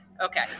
Okay